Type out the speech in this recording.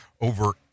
over